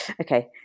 Okay